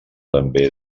també